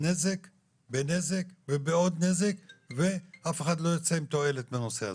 מדובר בנזק ובעוד נזק ואף אחד לא יוצא עם תועלת מהמצב הזה.